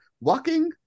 walking